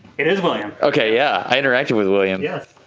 it is william. okay, yeah. i interacted with william. yeah